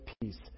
peace